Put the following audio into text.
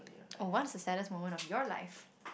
oh what is the saddest moment of your life